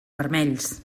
vermells